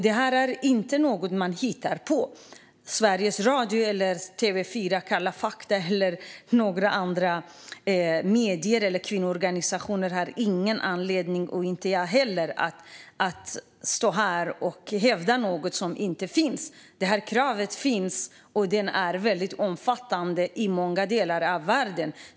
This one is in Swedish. Detta är inte något som man hittar på. Varken Sveriges Radio, TV4:s Kalla fakta och andra medier, kvinnoorganisationer eller jag har någon anledning att hävda något som inte finns. Detta krav finns och är omfattande i många delar av världen.